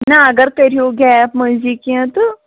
نہ اگر کٔرۍہُو گیپ مٔنٛزی کینٛہہ تہٕ